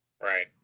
Right